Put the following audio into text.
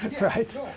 right